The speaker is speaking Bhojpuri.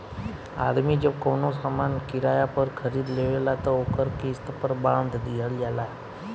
आदमी जब कवनो सामान किराया पर खरीद लेवेला त ओकर किस्त पर बांध दिहल जाला